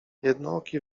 jednooki